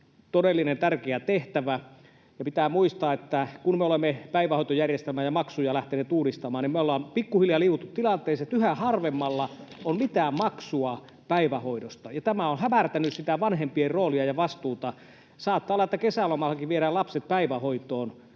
todellinen tärkeä tehtävä. Pitää muistaa, että kun me olemme päivähoitojärjestelmää ja maksuja lähteneet uudistamaan, niin me ollaan pikkuhiljaa liu’uttu tilanteeseen, että yhä harvemmalla on mitään maksua päivähoidosta, ja tämä on hämärtänyt vanhempien roolia ja vastuuta. Saattaa olla, että kesälomallakin viedään lapset päivähoitoon.